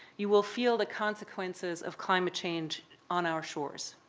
you will feel the consequences of climate change on our shores.